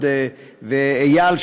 ואיל,